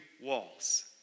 walls